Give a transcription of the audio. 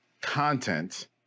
content